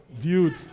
Dude